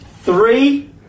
Three